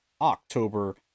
October